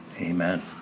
Amen